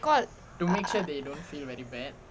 called err